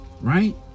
right